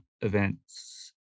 events